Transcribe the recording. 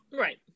Right